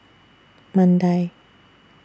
Mandai